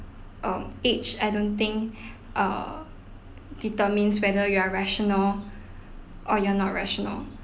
um age I don't think err determines whether you are rational or you're not rational